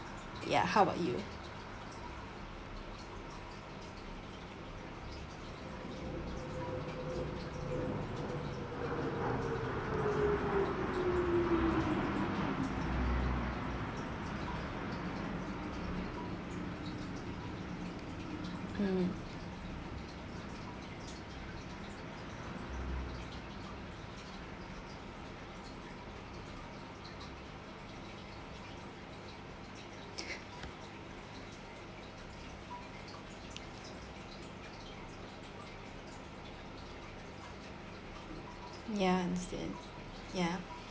ya how about you mm ya understand ya